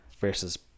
versus